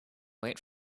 wait